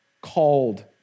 Called